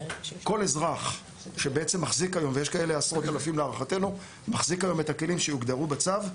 כל אזרח שמחזיק היום את הכלים שיוגדרו בצו,